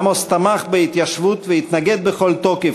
עמוס תמך בהתיישבות והתנגד בכל תוקף